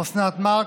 אוסנת מארק,